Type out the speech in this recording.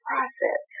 process